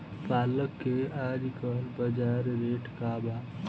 पालक के आजकल बजार रेट का बा?